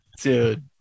dude